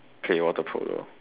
play water polo